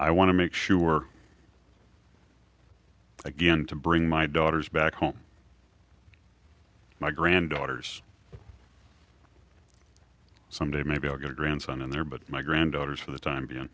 to make sure again to bring my daughters back home my granddaughters someday maybe i'll get a grandson in there but my granddaughters for the time